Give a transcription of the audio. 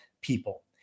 people